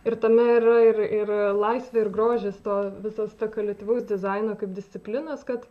ir tame yra ir laisvė ir grožis to viso spekuliatyvaus dizaino kaip disciplinos kad